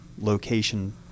location